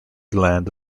gland